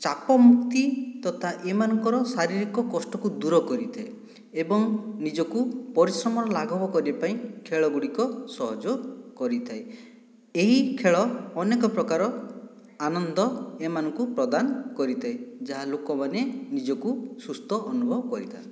ଚାପ ମୁକ୍ତି ତଥା ଏମାନଙ୍କର ଶାରୀରିକ କଷ୍ଟକୁ ଦୂର କରିଥାଏ ଏବଂ ନିଜକୁ ପରିଶ୍ରମର ଲାଘବ କରିବା ପାଇଁ ଖେଳ ଗୁଡ଼ିକ ସହଯୋଗ କରିଥାଏ ଏହି ଖେଳ ଅନେକ ପ୍ରକାର ଆନନ୍ଦ ଏମାନଙ୍କୁ ପ୍ରଦାନ କରିଥାଏ ଯାହା ଲୋକମାନେ ନିଜକୁ ସୁସ୍ଥ ଅନୁଭବ କରିଥାନ୍ତି